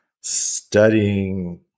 studying